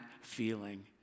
feeling